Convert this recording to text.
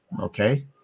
okay